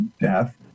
death